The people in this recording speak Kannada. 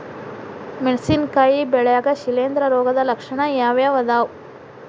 ಮೆಣಸಿನಕಾಯಿ ಬೆಳ್ಯಾಗ್ ಶಿಲೇಂಧ್ರ ರೋಗದ ಲಕ್ಷಣ ಯಾವ್ಯಾವ್ ಅದಾವ್?